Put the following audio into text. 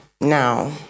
now